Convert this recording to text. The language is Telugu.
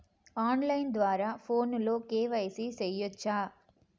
ఆన్ లైను ద్వారా ఫోనులో కె.వై.సి సేయొచ్చా